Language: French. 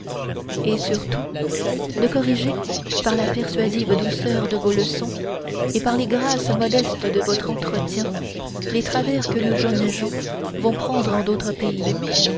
et surtout de corriger par la persuasive douceur de vos leçons et par les graces modestes de votre entretien les travers que nos jeunes gens vont prendre en d'autres pays